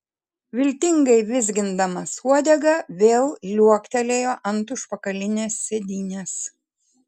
viltingai vizgindamas uodegą vėl liuoktelėjo ant užpakalinės sėdynės